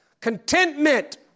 contentment